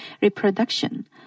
reproduction